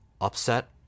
upset